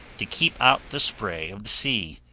to keep out the spray of the sea,